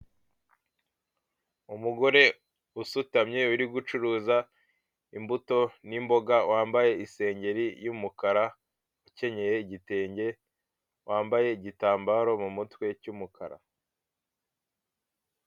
Umugore usutamye, uri gucuruza imbuto n'imboga, wambaye isengeri y'umukara, ukenyeye igitenge, wambaye igitambaro mu mutwe, cy'umukara.